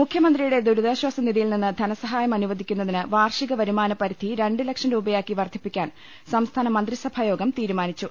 മുഖ്യമന്ത്രിയുടെ ദുരിതാശാസ നിധിയിൽനിന്ന് ധനസഹായം അനു വദിക്കുന്നതിന് വാർഷിക വരുമാനപരിധി രണ്ട് ലക്ഷം രൂപയായി വർധി പ്പിക്കാൻ സംസ്ഥാന മന്ത്രിസഭായോഗം തീരുമാനിച്ചു